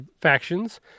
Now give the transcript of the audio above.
factions